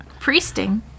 Priesting